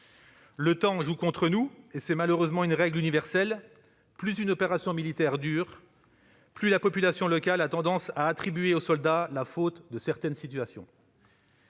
Le temps joue contre nous. C'est malheureusement une règle universelle : plus une opération militaire dure, plus la population locale a tendance à attribuer aux soldats la responsabilité de certaines situations.